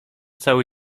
cały